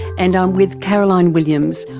and i'm with caroline williams,